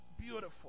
beautiful